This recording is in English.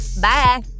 Bye